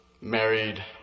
married